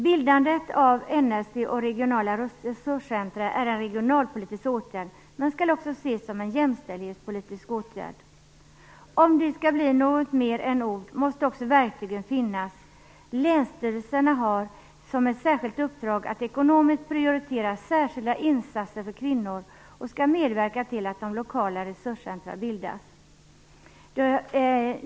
Bildandet av NRC och regionala resurscentrum är en regionalpolitisk åtgärd men skall också ses om en jämställdhetspolitisk åtgärd. Om det skall bli något mer än ord måste också verktygen finnas. Länsstyrelserna har som ett särskilt uppdrag att ekonomiskt prioritera särskilda insatser för kvinnor och skall medverka till att de lokala resurscentrumen bildas.